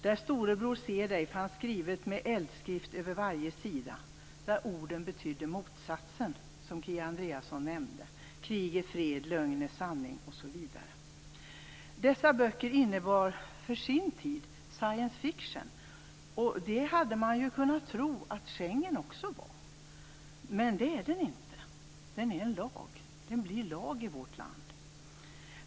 Där fanns "Storebror ser dig" skrivet med eldskrift över varje sida. Orden betydde sin egen motsats, som Kia Andreasson nämnde; Krig är fred, Lögn är sanning osv. Dessa böcker innebar för sin tid science fiction. Det skulle man kunna tro att Schengenkonventionen också är. Men det är den inte. Den är en lag. Den blir lag i vårt land.